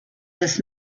this